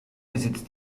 besitzt